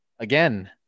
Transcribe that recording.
Again